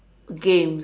games